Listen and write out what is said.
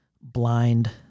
blind